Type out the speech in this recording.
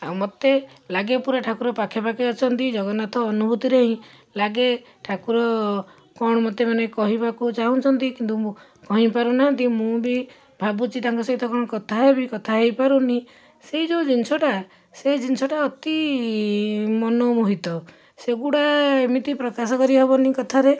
ଆଉ ମୋତେ ଲାଗେ ପୂରା ଠାକୁର ପାଖେପାଖେ ଅଛନ୍ତି ଜଗନ୍ନାଥ ଅନୁଭୂତିରେ ହିଁ ଲାଗେ ଠାକୁର କ'ଣ ମୋତେ ମାନେ କହିବାକୁ ଚାହୁଞ୍ଚନ୍ତି କିନ୍ତୁ ମୁଁ କହିପାରୁନାହାନ୍ତି ମୁଁ ବି ଭାବୁଛି ତାଙ୍କ ସହିତ କ'ଣ କଥା ହେବି କଥା ହେଇପାରୁନି ସେଇ ଯେଉଁ ଜିନିଷଟା ସେ ଜିନିଷଟା ଅତି ମନମୋହିତ ସେଗୁଡ଼ା ଏମିତି ପ୍ରକାଶ କରିହେବନି କଥାରେ